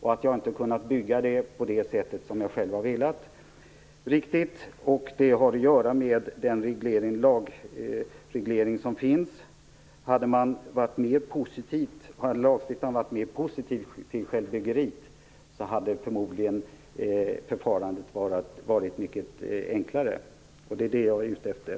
Jag har inte kunnat bygga huset riktigt på det sätt som jag har velat, och det har att göra med den lagreglering som finns. Hade lagstiftaren varit mer positiv till självbyggeri hade förfarandet förmodligen varit mycket enklare. Det är det som jag är ute efter.